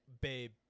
babe